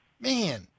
Man